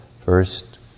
first